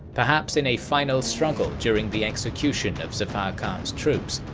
perhaps in a final struggle during the execution of zafar khan's troops,